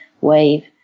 wave